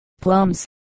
plums